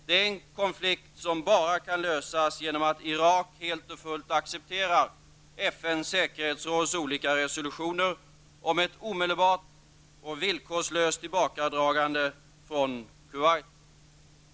Det är en konflikt som bara kan lösas genom att Irak helt och fullt accepterar FNs säkerhetsråds olika resolutioner om ett omedelbart och villkorslöst tillbakadragande från Kuwait.